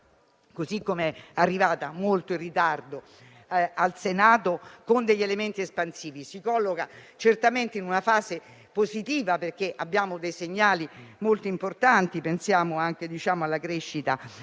certamente è arrivata molto in ritardo all'esame del Senato - che ha degli elementi espansivi. Si colloca certamente in una fase positiva perché abbiamo dei segnali molto importanti (pensiamo alla crescita